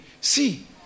See